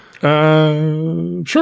Sure